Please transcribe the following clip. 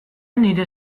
nire